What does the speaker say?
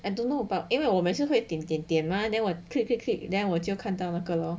I don't know about 因为我每次会点点点 mah then 我 click click click then 我就看到那个 lor